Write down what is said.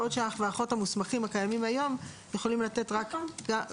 בעוד שהאח והאחות המוסמכים הקיימים היום יכולים לתת רק --- נכון,